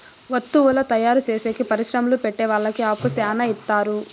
వత్తువుల తయారు చేసేకి పరిశ్రమలు పెట్టె వాళ్ళకి అప్పు శ్యానా ఇత్తారు